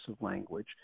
language